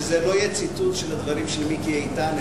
שזה לא יהיה ציטוט של הדברים של מיקי איתן,